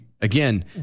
again